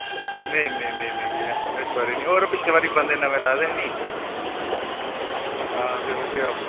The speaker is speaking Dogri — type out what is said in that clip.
नेईं नेईं नेईं भैया इस बारी नी ओह् पिछली बारी बंदे नमें लाए दे ही नी